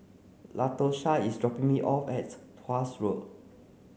Latosha is dropping me off at Tuas Road